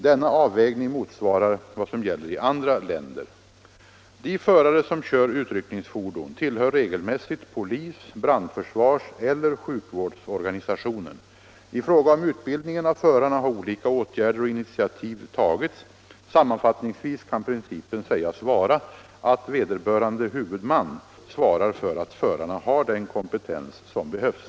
Denna avvägning motsvarar vad som gäller i andra länder. De förare som kör utryckningsfordon tillhör regelmässigt polis-, brandförsvarseller sjukvårdsorganisationen. I fråga om utbildningen av förarna har olika åtgärder och initiativ genomförts. Sammanfattningsvis kan principen sägas vara att vederbörande huvudman svarar för att förarna har den kompetens som behövs.